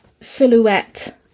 silhouette